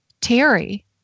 Terry